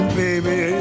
baby